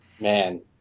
Man